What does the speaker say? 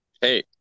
Hey